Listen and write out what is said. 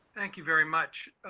thank you very much.